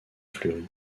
fleury